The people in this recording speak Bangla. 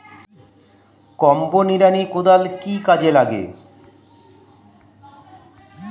কম্বো নিড়ানি কোদাল কি কাজে লাগে?